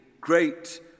great